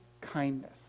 kindness